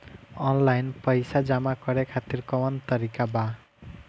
Online पइसा जमा करे खातिर कवन तरीका बा?